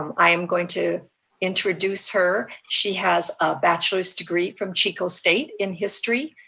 i am going to introduce her. she has a bachelor's degree from chico state in history,